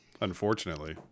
Unfortunately